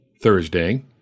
Thursday